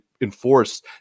enforce